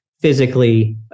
physically